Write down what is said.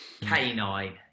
Canine